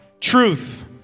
truth